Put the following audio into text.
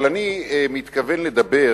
אבל אני מתכוון לדבר